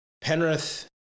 Penrith